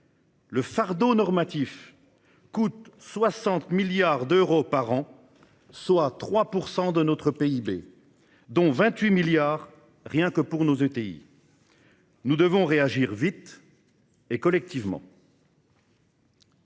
le fardeau normatif coûte 60 milliards d'euros par an, soit 3 % de notre PIB, dont 28 milliards d'euros rien que pour nos ETI. Nous devons réagir vite et collectivement.